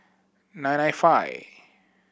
nine nine five